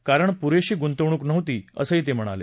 कारण पुरेशी गुंतवणूक नव्हती असं ते म्हणाले